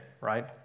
right